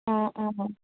অঁ অঁ অঁ